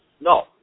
No